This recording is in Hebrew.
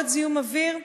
עוד זיהום אוויר,